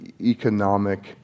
economic